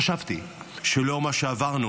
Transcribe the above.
חשבתי שלאור מה שעברנו,